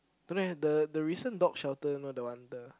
don't know !huh! the the recent dog shelter you know the one the